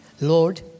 Lord